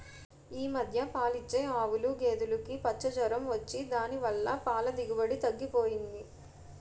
ఈ మధ్య పాలిచ్చే ఆవులు, గేదులుకి పచ్చ జొరం వచ్చి దాని వల్ల పాల దిగుబడి తగ్గిపోయింది